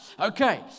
Okay